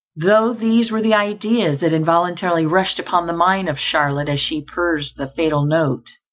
though these were the ideas that involuntarily rushed upon the mind of charlotte as she perused the fatal note,